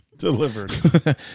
Delivered